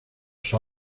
sir